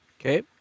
Okay